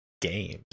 games